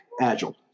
Agile